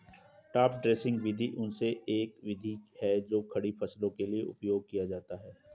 top dressing विधि उनमें से एक विधि है जो खड़ी फसलों के लिए उपयोग किया जाता है